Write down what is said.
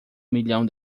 milhão